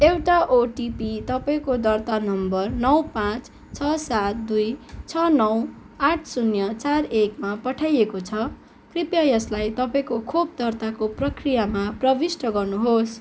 एउटा ओटिपी तपाईँँको दर्ता नम्बर नौ पाँच छ सात दुई छ नौ आठ शून्य चार एकमा पठाइएको छ कृपया यसलाई तपाईँँको खोप दर्ताको प्रक्रियामा प्रविष्ट गर्नुहोस्